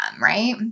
right